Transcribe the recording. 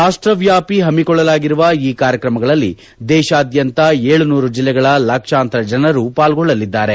ರಾಷ್ಟವ್ಯಾಪಿ ಹಮ್ಮಿಕೊಳ್ಳಲಾಗುತ್ತಿರುವ ಈ ಕಾರ್ಯಕ್ರಮಗಳಲ್ಲಿ ದೇಶಾದ್ಯಂತ ಏಳು ನೂರು ಜಿಲ್ಲೆಗಳ ಲಕ್ಷಾಂತರ ಜನರು ಪಾಲ್ಗೊಳ್ಳಲಿದ್ದಾರೆ